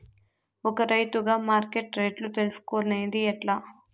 ఒక రైతుగా మార్కెట్ రేట్లు తెలుసుకొనేది ఎట్లా?